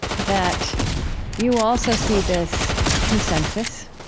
that you also see this consensus.